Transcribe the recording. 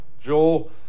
Joel